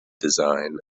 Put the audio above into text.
design